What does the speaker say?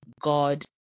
God